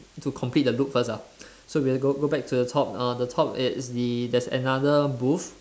to complete the loop first ah so we'll go go back to the top uh the top it's the there's another booth